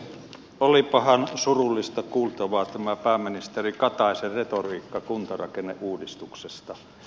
olipahan surullista kuultavaa tämä pääministeri kataisen retoriikka kuntarakenneuudistuksesta